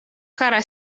kara